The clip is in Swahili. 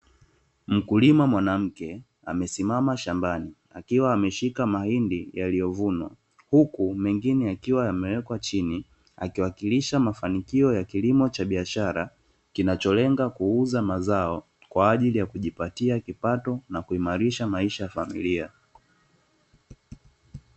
Mkulima mwanamke amesimama shambani akiwa ameshika mahindi yaliyovunwa, huku mengine yakiwa yamewekwa chini akiwakilisha mafanikio ya kilimo cha biashara, kinacholenga kuuza mazao kwa ajili ya kujipatia kipato na kuimarisha maisha ya familia.